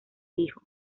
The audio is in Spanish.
dijo